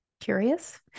curious